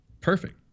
Perfect